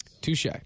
touche